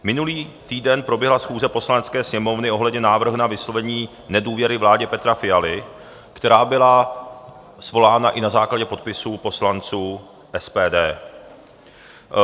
Minulý týden proběhla schůze Poslanecké sněmovny ohledně návrhu na vyslovení nedůvěry vládě Petra Fialy, která byla svolána i na základě podpisů poslanců SPD.